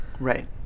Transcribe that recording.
Right